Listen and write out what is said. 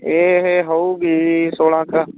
ਇਹ ਹੋਵੇਗੀ ਸੋਲਾਂ ਕੁ